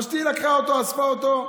ושתי לקחה אותו, אספה אותו.